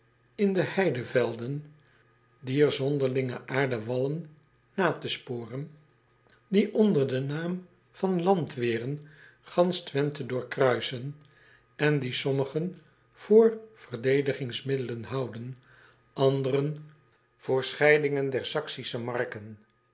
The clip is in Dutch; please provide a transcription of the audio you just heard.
in de heidevelden den loop dier zonderlinge aarden wallen natesporen die onder den naam van l a n d w e r e n gansch wenthe doorkruisen en die sommigen voor verdedigingsmiddelen houden anderen voor scheidingen der aksische marken